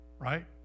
right